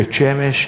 בית-שמש,